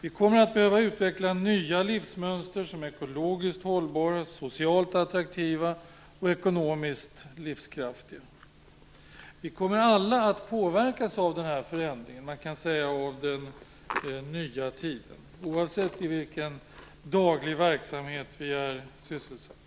Vi kommer att behöva utveckla nya livsmönster som är ekologiskt hållbara, socialt attraktiva och ekonomiskt livskraftiga. Vi kommer alla att påverkas av denna förändring, av den nya tiden, oavsett i vilken daglig verksamhet vi är sysselsatta.